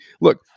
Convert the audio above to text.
look